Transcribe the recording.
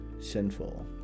sinful